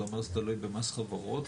אתה אומר שזה תלוי במס חברות,